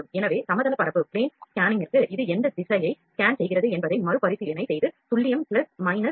எனவே சமதளப் பரப்பு ஸ்கேனிங்கிற்கு இது எந்த திசையை ஸ்கேன் செய்கிறது என்பதை மறுபரிசீலனை செய்து துல்லியம் பிளஸ் மைனஸ் 0